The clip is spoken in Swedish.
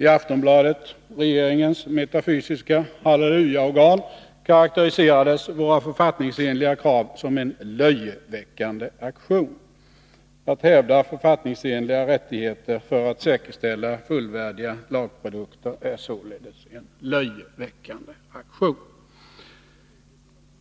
I Aftonbladet, regeringens metafysiska hallelujaorgan, karakteriserades våra författningsenliga krav som en löjeväckande aktion. Att hävda författningsenliga rättigheter för att säkerställa fullvärdiga lagprodukter är således en löjeväckande aktion.